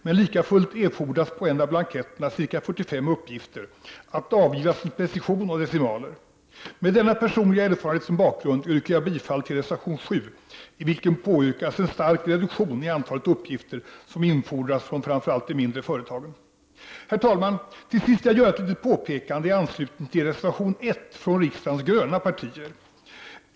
Men likafullt erfordras på en av blanketterna ca 45 uppgifter att avgivas med precision och decimaler. Med denna personliga erfarenhet som bakgrund yrkar jag bifall till reservation 7, i vilken påyrkas en stark reduktion av antalet uppgifter som infordras från framför allt de mindre företagen. Herr talman! Till sist vill jag göra ett litet påpekande i anslutning till reservation 1 från riksdagens ”gröna” partier.